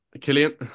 Killian